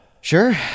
Sure